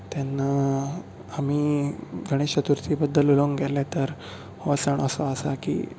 तेन्ना आमी गणेश चतुर्थी बद्दल उलोवंक गेले तर हो सण असो आसा की